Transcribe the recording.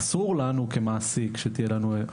אסור לנו כמעסיק שתהיה לנו עמדה.